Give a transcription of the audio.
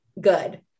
good